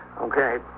Okay